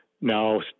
now